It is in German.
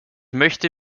möchte